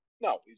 No